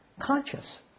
conscious